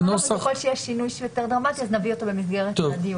ככל שיש שינוי שהוא יותר דרמטי אז נביא אותו במסגרת הדיון.